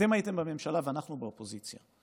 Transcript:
ואתם הייתם בממשלה ואנחנו באופוזיציה,